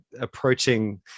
approaching